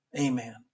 Amen